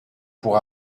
pour